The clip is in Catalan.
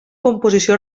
composició